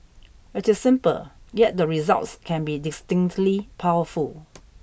it is simple yet the results can be distinctly powerful